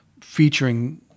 featuring